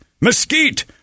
mesquite